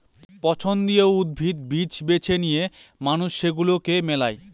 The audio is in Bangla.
পছন্দীয় উদ্ভিদ, বীজ বেছে নিয়ে মানুষ সেগুলাকে মেলায়